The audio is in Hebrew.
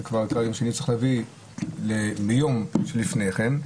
הוא צריך להביא ביום לפני כן,